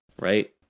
Right